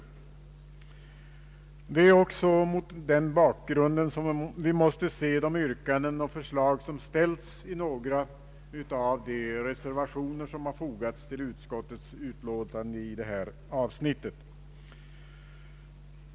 Det är också mot denna bakgrund vi måste se de yrkanden och förslag som ställts i några av de reservationer som fogats till utskottets utlåtande i detta avsnitt.